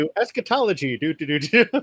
Eschatology